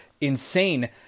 insane